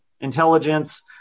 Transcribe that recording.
intelligence